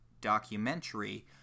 documentary